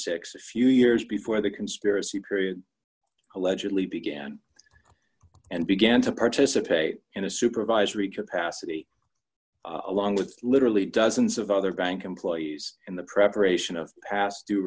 six a few years before the conspiracy period allegedly began and began to participate in a supervisory capacity along with literally dozens of other bank employees in the preparation of past d